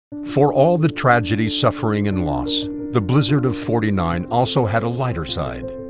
for all the tragedy, suffering, and loss, the blizzard of forty nine also had a lighter side.